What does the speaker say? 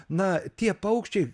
na tie paukščiai